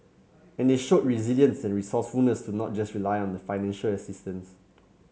and they show resilience and resourcefulness to not just rely on the financial assistance